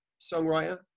songwriter